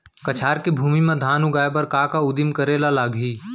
कछार के भूमि मा धान उगाए बर का का उदिम करे ला लागही?